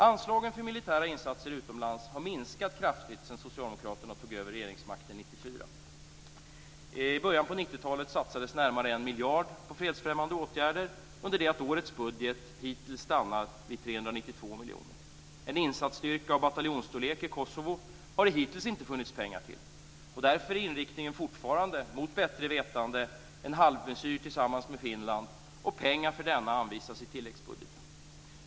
Anslagen för militära insatser utomlands har minskat kraftigt sedan socialdemokraterna tog över regeringsmakten 1994. I början av 90-talet satsades närmare en miljard på fredsfrämjande åtgärder, under det att årets budget hittills stannar vid 392 miljoner. En insatsstyrka av bataljonsstorlek i Kosovo har det hittills inte funnits pengar till. Därför är inriktningen fortfarande - mot bättre vetande - en halvmesyr tillsammans med Finland. Pengar för denna anvisas i tilläggsbudgeten.